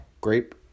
grape